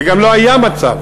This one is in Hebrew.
וגם לא היה מצב,